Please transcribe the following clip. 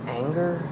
anger